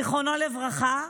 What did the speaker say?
זיכרונו לברכה,